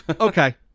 Okay